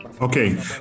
Okay